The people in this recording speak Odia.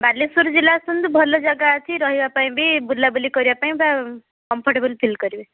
ବାଲେଶ୍ୱର ଜିଲ୍ଲା ଆସନ୍ତୁ ଭଲ ଜାଗା ଅଛି ରହିବା ପାଇଁ ବି ବୁଲାବୁଲି କରିବା ପାଇଁ ବା କମ୍ଫଟେବୁଲ୍ ଫିଲ୍ କରିବେ